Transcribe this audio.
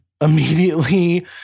immediately